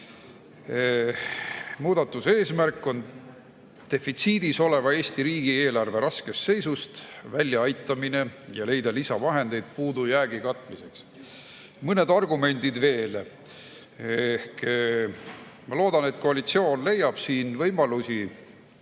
Muudatuse eesmärk on defitsiidis oleva Eesti riigieelarve raskest seisust väljaaitamine ja soov leida lisavahendeid puudujäägi katmiseks. Mõned argumendid veel. Ma loodan, et koalitsioon leiab siit võimalusi